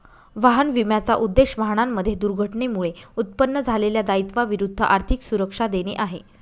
वाहन विम्याचा उद्देश, वाहनांमध्ये दुर्घटनेमुळे उत्पन्न झालेल्या दायित्वा विरुद्ध आर्थिक सुरक्षा देणे आहे